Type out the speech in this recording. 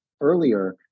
earlier